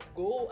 go